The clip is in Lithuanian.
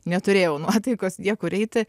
neturėjau nuotaikos niekur eiti